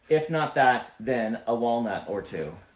if not that, then a walnut or two.